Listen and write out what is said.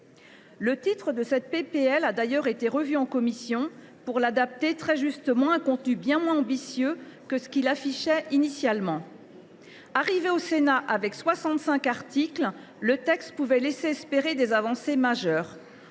Le titre de cette proposition de loi a d’ailleurs été revu en commission, pour l’adapter très justement à un contenu bien moins ambitieux que ce qu’elle affichait initialement. Arrivé au Sénat avec soixante cinq articles, le texte pouvait laisser espérer des avancées majeures.